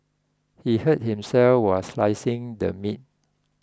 he hurt himself while slicing the meat